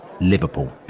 Liverpool